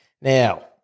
Now